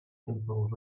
simple